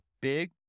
big